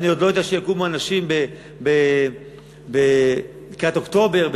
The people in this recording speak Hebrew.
כשיקומו אנשים לקראת אוקטובר,